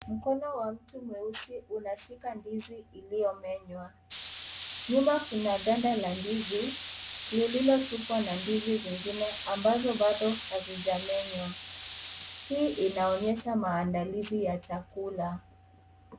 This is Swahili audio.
Mkono wa mtu mweusi unashika ndizi iliyomenywa, nyuma kuna ganda la ndizi lilizotupwa na ndizi zingine ambazo azijamenywa. Hij inaonyesha maandalizi ya chakula.